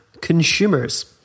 consumers